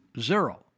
zero